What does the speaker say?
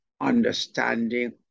understanding